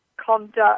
conduct